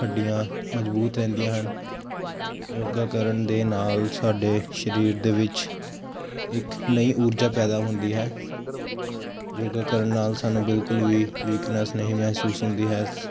ਹੱਡੀਆਂ ਮਜ਼ਬੂਤ ਰਹਿੰਦੀਆਂ ਹਨ ਯੋਗਾ ਕਰਨ ਦੇ ਨਾਲ ਸਾਡੇ ਸਰੀਰ ਦੇ ਵਿੱਚ ਇੱਕ ਨਈ ਊਰਜਾ ਪੈਦਾ ਹੁੰਦੀ ਹੈ ਯੋਗਾ ਕਰਨ ਨਾਲ ਸਾਨੂੰ ਬਿਲਕੁਲ ਹੀ ਵੀਕਨੈਸ ਨਹੀਂ ਮਹਿਸੂਸ ਹੁੰਦੀ ਹੈ